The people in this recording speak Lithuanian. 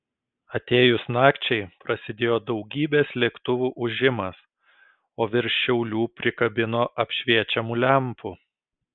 atėjus nakčiai prasidėjo daugybės lėktuvų ūžimas o virš šiaulių prikabino apšviečiamų lempų